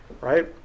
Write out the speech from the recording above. Right